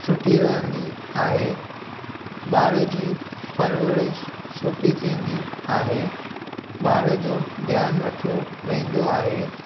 सुठी रहंदी आहे ॿार जी परवरिश सुठी थींदी आहे ॿार जो ध्यानु रखियो वेंदो आहे